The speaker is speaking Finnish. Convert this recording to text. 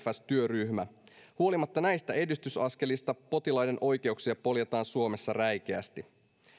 cfs työryhmä huolimatta näistä edistysaskelista potilaiden oikeuksia poljetaan suomessa räikeästi